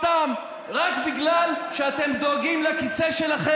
רק בשביל לשבת על הכיסא.